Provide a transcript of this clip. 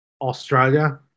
Australia